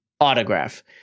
autograph